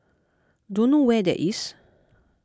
don't know where that is